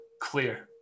clear